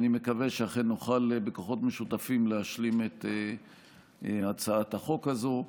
אני מקווה שאכן נוכל בכוחות משותפים להשלים את הצעת החוק הזו,